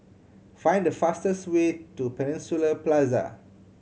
find the fastest way to Peninsula Plaza